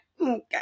Okay